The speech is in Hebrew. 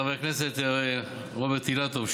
חבר כנסת רוברט אילטוב,